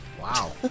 Wow